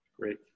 Great